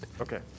okay